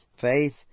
Faith